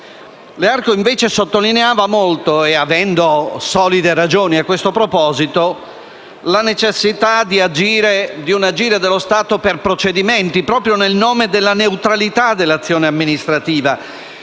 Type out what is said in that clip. Learco invece sottolineava molto, avendo solide ragioni a questo proposito, la necessità di un agire dello Stato per procedimenti, proprio nel nome della neutralità dell'azione amministrativa,